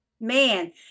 man